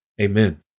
Amen